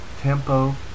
tempo